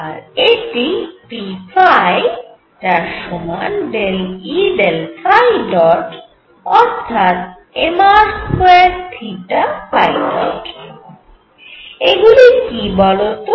আর এটি pϕ যার সমান ∂E∂ϕ̇ অর্থাৎ mr2θϕ̇ এগুলি কি বল তো